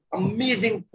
amazing